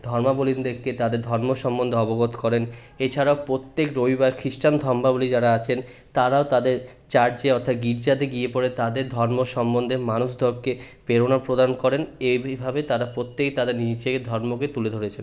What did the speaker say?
ধর্মাবলম্বীদেরকে তাদের ধর্ম সম্বন্ধে অবগত করেন এছাড়াও প্রত্যেক রবিবার খ্রিস্টান ধর্মাবলম্বী যারা আছেন তারাও তাদের চার্চে অর্থাৎ গির্জাতে গিয়ে পরে তাদের তাদের ধর্ম সম্বন্ধে মানুষদেরকে প্রেরণা প্রদান করেন এ বিভাবে তারা প্রত্যেকে তাদের নিজের ধর্মকে তুলে ধরেছেন